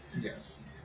Yes